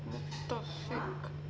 متفق